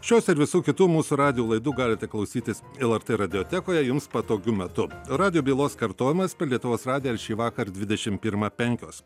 šios ir visų kitų mūsų radijo laidų galite klausytis lrt radiotekoje jums patogiu metu radijo bylos kartojimas per lietuvos radiją šįvakar dvidešim pirmą penkios